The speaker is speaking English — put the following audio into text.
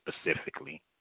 specifically